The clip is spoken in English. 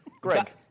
Greg